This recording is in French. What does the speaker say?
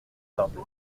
simple